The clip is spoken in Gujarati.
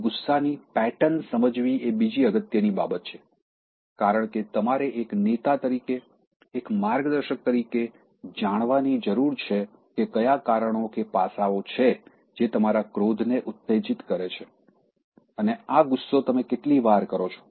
તમારી ગુસ્સાની પેટર્ન સમજવી એ બીજી અગત્યની બાબત છે કારણ કે તમારે એક નેતા તરીકે એક માર્ગદર્શક તરીકે જાણવાની જરૂર છે કે કયા કારણો કે પાસાંઓ છે જે તમારા ક્રોધને ઉત્તેજિત કરે છે અને આ ગુસ્સો તમે કેટલી વાર કરો છે